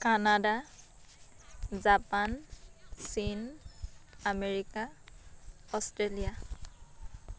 Canada Japan চীন America Australia